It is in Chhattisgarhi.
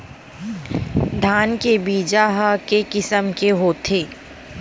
धान के बीजा ह के किसम के होथे?